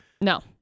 No